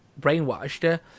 brainwashed